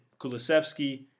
Kulisevsky